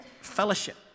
fellowship